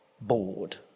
bored